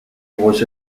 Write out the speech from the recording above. was